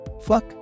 Fuck